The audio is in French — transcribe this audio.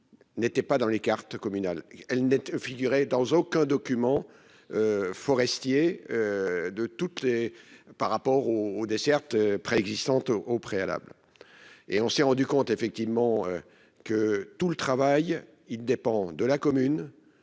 N'était pas dans les cartes communales. Elle ne figurait dans aucun document. Forestier. De tout et par rapport au au desserte préexistante au préalable. Et on s'est rendu compte effectivement. Que tout le travail il dépend de la commune.